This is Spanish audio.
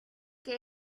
que